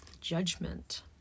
Judgment